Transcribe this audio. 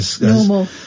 Normal